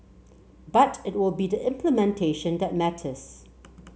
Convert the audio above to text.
but it will be the implementation that matters